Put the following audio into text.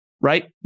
right